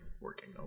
working